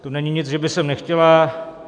To není nic, že by sem nechtěla.